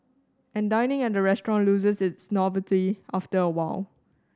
and dining at a restaurant loses its novelty after a while